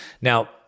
Now